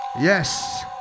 Yes